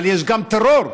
אבל יש גם טרור.